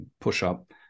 push-up